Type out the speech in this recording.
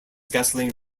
gasoline